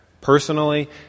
personally